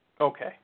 Okay